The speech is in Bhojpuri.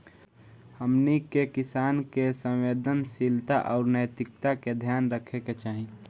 हमनी के किसान के संवेदनशीलता आउर नैतिकता के ध्यान रखे के चाही